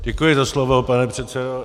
Děkuji za slovo, pane předsedo.